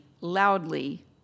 loudly